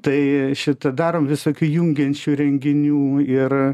tai šita darom visokių jungiančių renginių ir